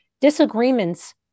disagreements